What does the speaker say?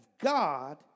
God